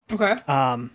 Okay